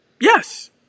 Yes